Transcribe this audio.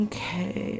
Okay